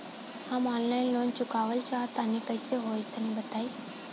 हम online loan चुकावल चाहऽ तनि कइसे होई तनि बताई?